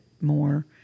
more